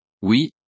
Oui